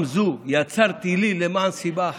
"עם זו יצרתי לי" למען סיבה אחת: